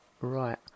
Right